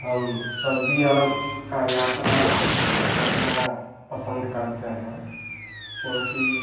हम Saudi Arab का यात्रा करना पसंद करते हैं क्योंकि